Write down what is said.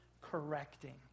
correcting